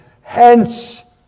Hence